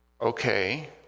okay